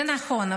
זה נכון,